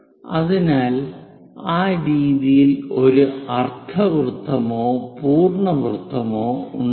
അതിനാൽ ആ രീതിയിൽ ഒരു അർദ്ധവൃത്തമോ പൂർണ്ണ വൃത്തമോ ഉണ്ടാക്കുക